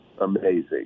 Amazing